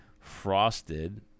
Frosted